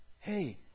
Hey